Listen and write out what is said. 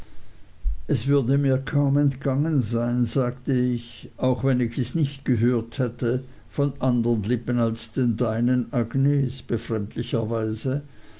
es würde mir kaum entgangen sein sagte ich auch wenn ich es nicht gehört hätte von andern lippen als den deinen agnes